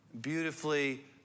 beautifully